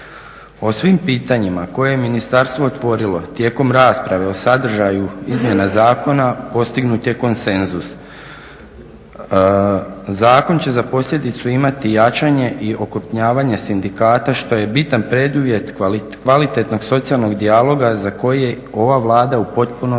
O svim pitanjima koje je ministarstvo otvorilo tijekom rasprave o sadržaju izmjena zakona postignut je konsenzus. Zakon će za posljedicu imati jačanje i okrupnjavanje sindikata što je bitan preduvjet kvalitetnog socijalnog dijaloga za koji je ova Vlada u potpunosti